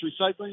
recycling